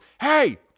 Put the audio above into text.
hey